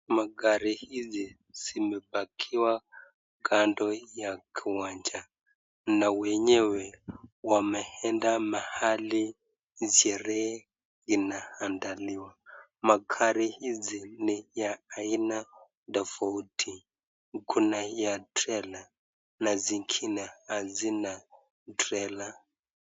Magari hizi zimepakiwa kando ya kiwanja na wenyewe wameenda mahali sherehe inaandaliwa. Magari hizi ni ya aina tofauti kuna ya trela na zingine hazina trela.